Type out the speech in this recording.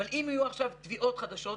אבל אם יהיו עכשיו תביעות חדשות,